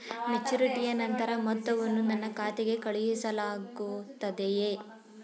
ಮೆಚುರಿಟಿಯ ನಂತರ ಮೊತ್ತವನ್ನು ನನ್ನ ಖಾತೆಗೆ ಕಳುಹಿಸಲಾಗುತ್ತದೆಯೇ?